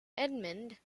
edmund